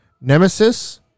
Nemesis